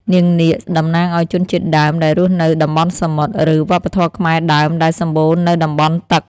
នាងនាគ តំណាងឲ្យជនជាតិដើមដែលរស់នៅតំបន់សមុទ្រ ឬវប្បធម៌ខ្មែរដើមដែលសម្បូរនៅតំបន់ទឹក។